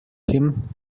him